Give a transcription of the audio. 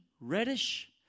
reddish